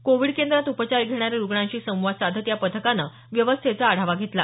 Covid केंद्रात उपचार घेणाऱ्या रुग्णांशी संवाद साधत या पथकाने व्यवस्थेचा आढावा घेतला